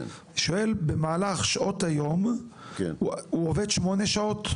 שואל, במהלך שעות היום הוא עובד כשמונה שעות.